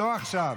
לא עכשיו.